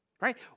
Right